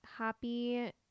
Happy